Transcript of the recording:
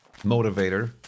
motivator